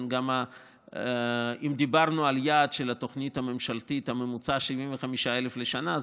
אם דיברנו על יעד של התוכנית הממשלתית של ממוצע 150,000 לשנה,